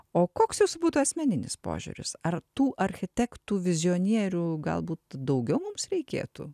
o koks jos būtų asmeninis požiūris ar tų architektų vizionierių galbūt daugiau mums reikėtų